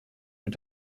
mit